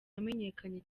wamenyekanye